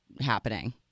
Happening